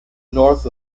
north